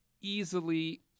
easily